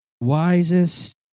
wisest